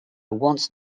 once